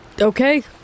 Okay